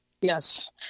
Yes